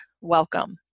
Welcome